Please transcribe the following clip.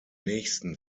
nächsten